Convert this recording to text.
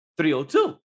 302